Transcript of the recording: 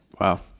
Wow